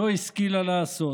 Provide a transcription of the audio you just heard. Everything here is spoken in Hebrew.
לא השכילה לעשות,